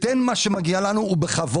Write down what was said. תן מה שמגיע לנו ובכבוד.